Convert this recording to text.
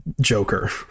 Joker